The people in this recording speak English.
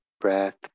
breath